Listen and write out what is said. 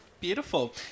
Beautiful